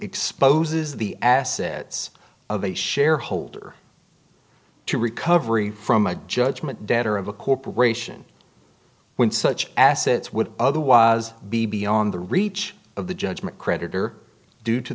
exposes the assets of the shareholder to recovery from a judgment debtor of a corporation when such assets would otherwise be beyond the reach of the judgment creditor due to